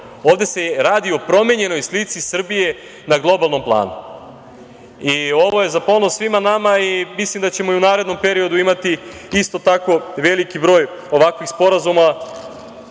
Ovde se radi o promenjenoj slici Srbije na globalnom planu. Ovo je za ponos svima nama i mislim da ćemo i u narednom periodu imati isto tako veliki broj ovakvih sporazuma,